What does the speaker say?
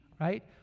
right